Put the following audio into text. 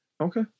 Okay